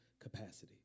capacity